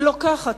אני לוקחת,